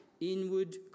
inward